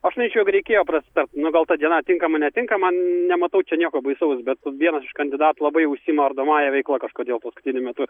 aš manyčiau jog reikėjo prasitart nu gal ta diena tinkama netinkama nematau čia nieko baisaus bet vienas iš kandidatų labai užsiima ardomąja veikla kažkodėl paskutiniu metu